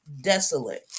desolate